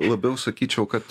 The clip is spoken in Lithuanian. labiau sakyčiau kad